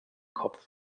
kopf